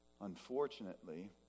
unfortunately